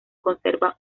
conserva